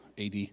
AD